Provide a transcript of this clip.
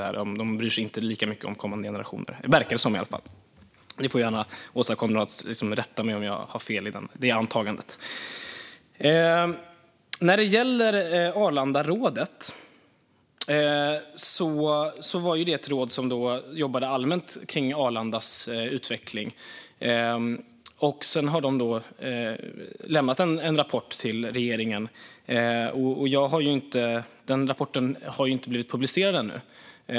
De verkar inte bry sig lika mycket om kommande generationer. Åsa Coenraads får gärna rätta mig om jag har fel i mitt antagande. Arlandarådet jobbade allmänt med Arlandas utveckling. Rådet lämnade en rapport till regeringen, men den har ännu inte publicerats.